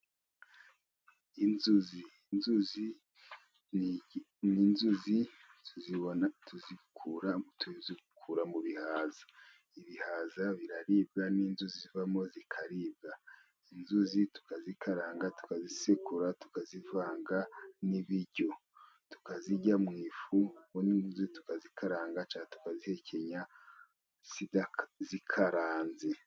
Inzuzi, inzuzi ni inzuzi tuzibona, tuzikura, tuzikura mu bihaza. Ibihaza biraribwa, n'inzuzi zivamo zikaribwa ,inzuzi tukazikaranga, tukazisekura, tukazivanga n'ibiryo, tukazirya mu ifu ,ubundi inzuzi tukazikaranga ,tukazihekenya zikaranze.